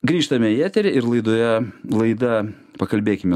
grįžtame į eterį ir laidoje laida pakalbėkime